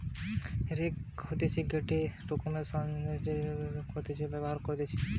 rake হতিছে গটে রোকমকার সরঞ্জাম যেটি মাটি থেকে ঘাস, খড় তোলার জন্য ব্যবহার করতিছে